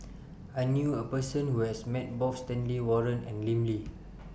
I knew A Person Who has Met Both Stanley Warren and Lim Lee